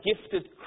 gifted